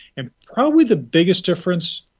and probably the biggest difference,